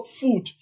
food